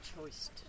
choice